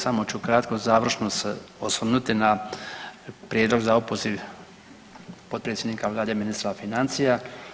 Samo ću kratko završno se osvrnuti na prijedlog za opoziv potpredsjednika vlade i ministra financija.